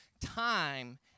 time